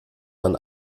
man